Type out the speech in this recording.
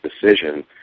decision